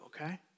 okay